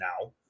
now